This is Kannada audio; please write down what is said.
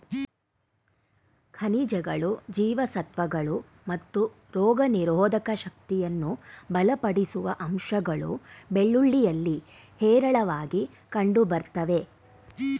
ಖನಿಜಗಳು ಜೀವಸತ್ವಗಳು ಮತ್ತು ರೋಗನಿರೋಧಕ ಶಕ್ತಿಯನ್ನು ಬಲಪಡಿಸುವ ಅಂಶಗಳು ಬೆಳ್ಳುಳ್ಳಿಯಲ್ಲಿ ಹೇರಳವಾಗಿ ಕಂಡುಬರ್ತವೆ